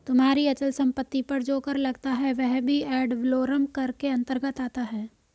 तुम्हारी अचल संपत्ति पर जो कर लगता है वह भी एड वलोरम कर के अंतर्गत आता है